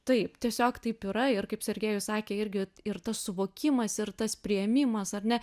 taip tiesiog taip yra ir kaip sergejus sakė irgi ir tas suvokimas ir tas priėmimas ar ne